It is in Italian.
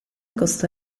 costa